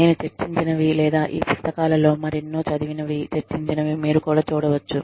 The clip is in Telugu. నేను చర్చించినవి లేదా ఈ పుస్తకాలలో మరెన్నో చదివినవి చర్చించినవి మీరు చూడవచ్చు